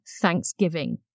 thanksgiving